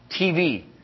TV